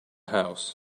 house